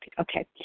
Okay